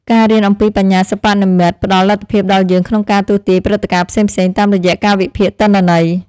ការរៀនអំពីបញ្ញាសិប្បនិម្មិតផ្តល់លទ្ធភាពដល់យើងក្នុងការទស្សន៍ទាយព្រឹត្តិការណ៍ផ្សេងៗតាមរយៈការវិភាគទិន្នន័យ។